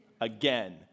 again